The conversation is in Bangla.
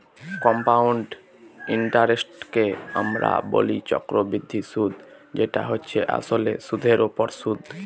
কম্পাউন্ড ইন্টারেস্টকে আমরা বলি চক্রবৃদ্ধি সুদ যেটা হচ্ছে আসলে সুধের ওপর সুদ